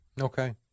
Okay